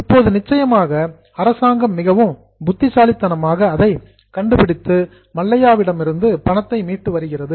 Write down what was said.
இப்போது நிச்சயமாக அரசாங்கம் மிகவும் புத்திசாலித்தனமாக அதை கண்டுபிடித்து மல்லையாவிடமிருந்து பணத்தை மீட்டு வருகிறது